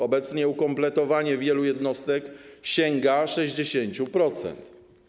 Obecnie ukompletowanie wielu jednostek sięga 60%.